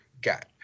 got